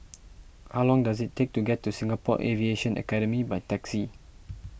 how long does it take to get to Singapore Aviation Academy by taxi